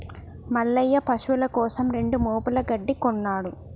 మల్లయ్య పశువుల కోసం రెండు మోపుల గడ్డి కొన్నడు